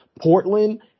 portland